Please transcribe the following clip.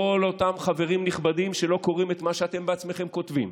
כל אותם חברים נכבדים שלא קוראים מה שאתם עצמכם כותבים,